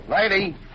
Lady